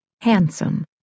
handsome